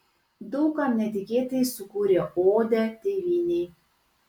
daug kam netikėtai sukūrė odę tėvynei